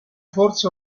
forse